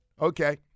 Okay